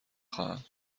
خواهم